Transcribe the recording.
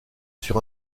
sur